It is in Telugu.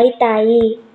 అయితాయి